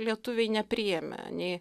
lietuviai nepriėmė nei